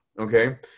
okay